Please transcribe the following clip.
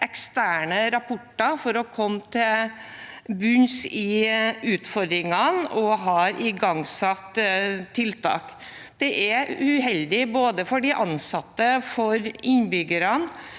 eksterne rapporter for å komme til bunns i utfordringene og igangsatt tiltak. Det er uheldig både for de ansatte, for innbyggerne